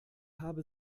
habe